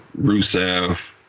Rusev